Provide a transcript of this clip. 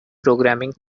programming